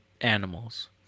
animals